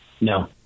No